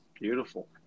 Beautiful